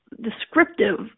descriptive